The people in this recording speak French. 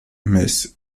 messes